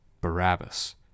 Barabbas